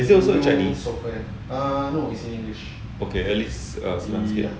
is it also in chinese okay then it's senang sikit ah